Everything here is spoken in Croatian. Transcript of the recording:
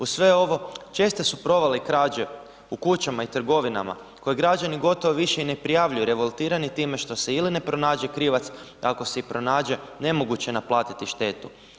Uz sve ovo česte su provale i krađe u kućama i trgovinama koje građani više i ne prijavljuju revoltirani time što se ili ne pronađe krivac, ako se i pronađe nemoguće je naplatiti štetu.